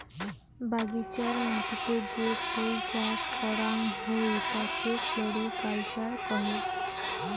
বাগিচার মাটিতে যে ফুল চাস করাং হই তাকে ফ্লোরিকালচার কহে